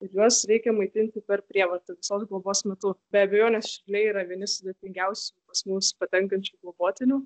ir juos reikia maitinti per prievartą visos globos metu be abejonės čiurliai yra vieni sudėtingiausių pas mus patenkančių globotinių